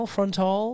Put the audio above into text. Frontal